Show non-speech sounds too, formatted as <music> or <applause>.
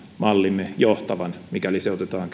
mallimme johtavan mikäli se otetaan <unintelligible>